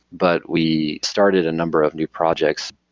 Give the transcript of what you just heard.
but we started a number of new projects.